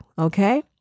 Okay